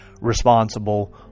responsible